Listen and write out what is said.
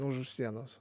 už sienos